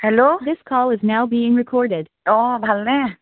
hello অ' ভালনে